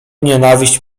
nienawiść